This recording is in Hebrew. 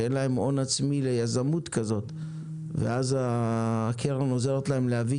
שאין להן הון עצמי ליזמות כזאת ואז הקרן עוזרת להן להביא